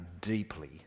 deeply